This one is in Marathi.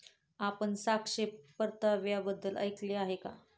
आपण सापेक्ष परताव्याबद्दल ऐकले आहे का?